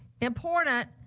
important